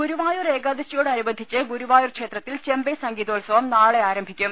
ഗുരുവായൂർ ഏകാദശിയോടനുബന്ധിച്ച് ഗുരുവായൂർ ക്ഷേത്രത്തിൽ ചെമ്പൈ സംഗീതോത്സവം നാളെ ആരംഭിക്കും